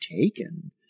taken